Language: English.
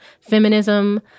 feminism